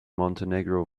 montenegro